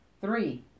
three